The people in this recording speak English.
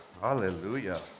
Hallelujah